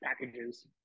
packages